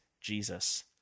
Jesus